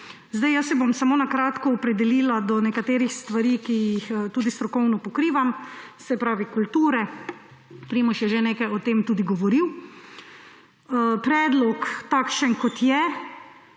Jaz se bom samo na kratko opredelila do nekaterih stvari, ki jih tudi strokovno pokrivam, se pravi kulture. Primož je že nekaj o tem tudi govoril. Predlog, kakršen je